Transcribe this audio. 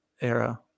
era